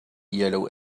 yellow